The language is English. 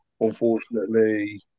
unfortunately